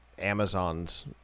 Amazon's